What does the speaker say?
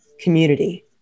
community